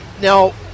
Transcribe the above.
Now